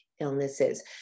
illnesses